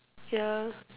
yeah